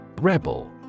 Rebel